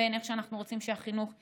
בין איך שאנחנו רוצים שהחינוך ייראה,